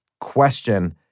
QUESTION